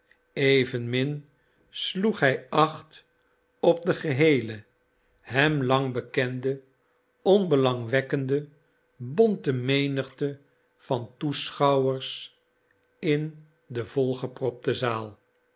evenmin sloeg hij acht op de geheele hem lang bekende onbelangwekkende bonte menigte van toeschouwers in de volgepropte zaal